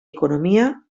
economia